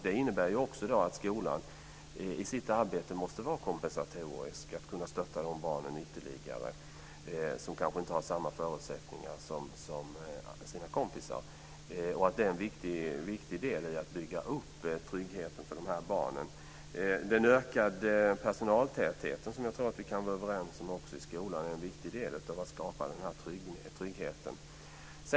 Det innebär också att skolan i sitt arbete måste vara kompensatorisk och kunna stötta de barn ytterligare som kanske inte har samma förutsättningar som sina kompisar. Det är en viktig del i att bygga upp tryggheten för dessa barn. Den ökade personaltätheten i skolan tror jag också att vi kan vara överens om är en viktig del i att skapa denna trygghet.